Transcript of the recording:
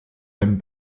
herrn